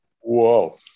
Whoa